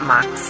Max